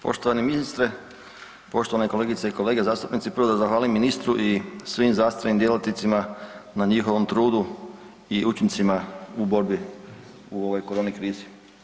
Poštovani ministre, poštovane kolegice i kolege zastupnici prvo da zahvalim ministru i svim zdravstvenim djelatnicima na njihovom trudu i učincima u borbi u ovoj koroni krizi.